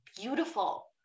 Beautiful